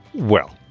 well,